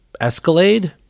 Escalade